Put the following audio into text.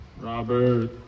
Robert